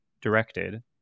directed